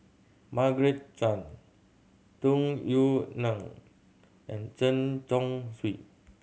Margaret Chan Tung Yue Nang and Chen Chong Swee